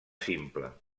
simple